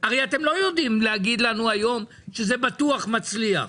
הרי אתם לא יודעים להגיד לנו היום שזה בטוח מצליח.